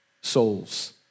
souls